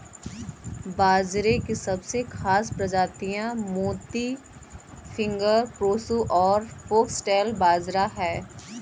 बाजरे की सबसे खास प्रजातियाँ मोती, फिंगर, प्रोसो और फोक्सटेल बाजरा है